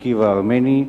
הטורקי והארמני,